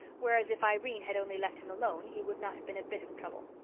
whereas if irene had only left him alone he would not have been a bit of trouble.